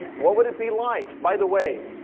what would it be like? by the way,